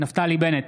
נפתלי בנט,